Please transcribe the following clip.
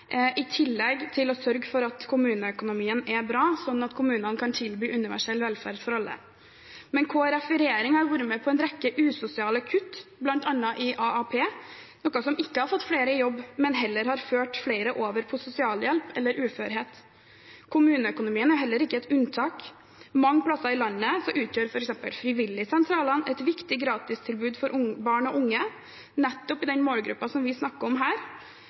i tillegg til å sørge for at kommuneøkonomien er bra, sånn at kommunene kan tilby universell velferd for alle. Men Kristelig Folkeparti i regjering har vært med på en rekke usosiale kutt, bl.a. i AAP, noe som ikke har fått flere i jobb, men som heller har ført flere over på sosialhjelp eller uførhet. Kommuneøkonomien er heller ikke et unntak. Mange steder i landet utgjør f.eks. frivilligsentralene et viktig gratistilbud for barn og unge – nettopp i den målgruppen som vi snakker om her.